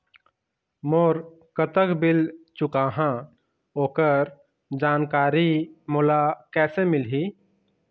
मोर कतक बिल चुकाहां ओकर जानकारी मोला कैसे मिलही?